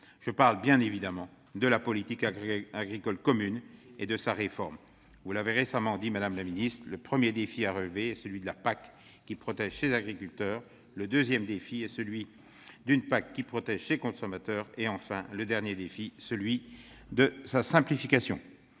Je parle, bien évidemment, de la politique agricole commune et de sa réforme prochaine. Vous l'avez récemment dit, madame la secrétaire d'État, le premier défi à relever est celui d'une PAC qui protège ses agriculteurs. Le deuxième défi est celui d'une PAC qui protège ses consommateurs. Enfin, le dernier défi est celui de sa simplification.